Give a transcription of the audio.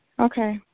Okay